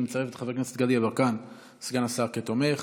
אני מצרף את חבר הכנסת גדי יברקן, סגן השר, כתומך,